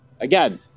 again